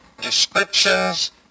descriptions